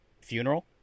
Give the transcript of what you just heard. funeral